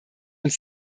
uns